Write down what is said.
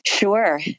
Sure